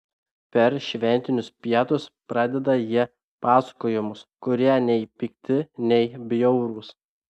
per šventinius pietus pradeda jie pasakojimus kurie nei pikti nei bjaurūs